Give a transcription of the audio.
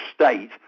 state